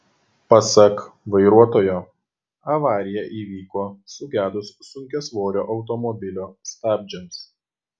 pasak vairuotojo avarija įvyko sugedus sunkiasvorio automobilio stabdžiams